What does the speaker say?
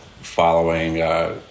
following